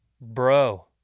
bro